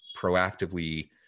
proactively